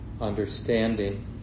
understanding